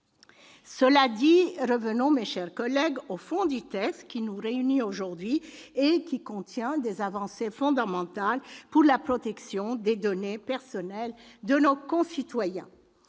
Cela dit, venons-en, mes chers collègues, au fond du texte qui nous réunit aujourd'hui. Il contient des avancées fondamentales pour la protection des données personnelles de nos concitoyens.